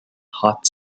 hot